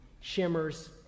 shimmers